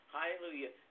Hallelujah